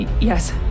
Yes